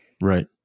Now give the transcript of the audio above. Right